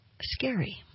scary